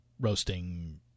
roasting